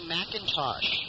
Macintosh